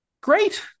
great